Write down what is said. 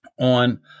on